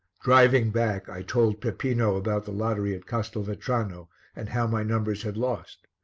driving back, i told peppino about the lottery at castelvetrano and how my numbers had lost.